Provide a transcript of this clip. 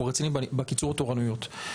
אנחנו רציניים בקיצור תורנויות.